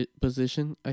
position